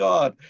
God